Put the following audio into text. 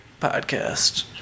podcast